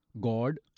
God